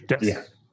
Yes